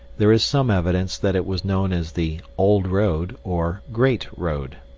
there is some evidence that it was known as the old road or greate road.